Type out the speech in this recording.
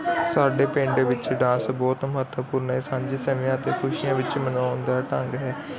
ਸਾਡੇ ਪਿੰਡ ਵਿੱਚ ਡਾਂਸ ਬਹੁਤ ਮਹੱਤਵਪੂਰਨ ਹੈ ਸਾਂਝੇ ਸਮਿਆਂ 'ਤੇ ਖੁਸ਼ੀਆਂ ਵਿੱਚ ਮਨਾਉਣ ਦਾ ਢੰਗ ਹੈ